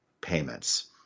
payments